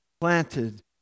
planted